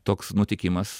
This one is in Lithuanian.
toks nutikimas